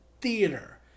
theater